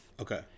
Okay